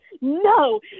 No